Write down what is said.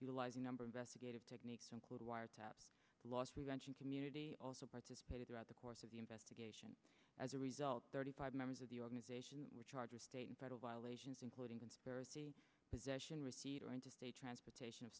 utilizing number of us to give techniques include wiretap loss prevention community also participated throughout the course of the investigation as a result thirty five members of the organization were charges state and federal violations including conspiracy possession receipt or interstate transportation of